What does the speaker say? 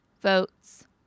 votes